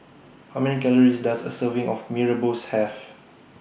How Many Calories Does A Serving of Mee Rebus Have